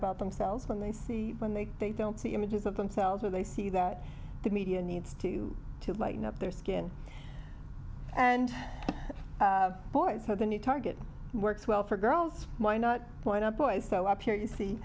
about themselves when they see when they they don't see images of themselves or they see that the media needs to lighten up their skin and boy so the new target works well for girls why not point out boys so up here you see